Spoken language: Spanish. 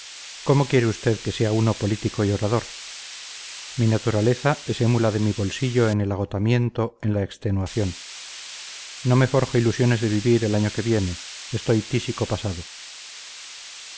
cómo quiere usted que sea uno político y orador mi naturaleza es émula de mi bolsillo en el agotamiento en la extenuación no me forjo ilusiones de vivir el año que viene estoy tísico pasado